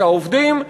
שהעובדים,